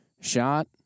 shot